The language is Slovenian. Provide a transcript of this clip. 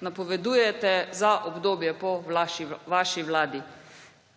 napovedujete za obdobje po vaši vladi.